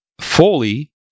fully